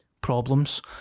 problems